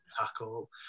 tackle